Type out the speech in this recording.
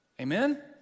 Amen